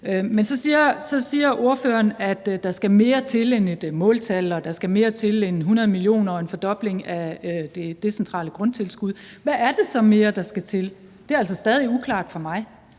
Men så siger ordføreren, at der skal mere til end et måltal, og at der skal mere til end 100 mio. kr. og en fordobling af det decentrale grundtilskud. Hvad er det så mere der skal til? Det er altså stadig uklart for mig.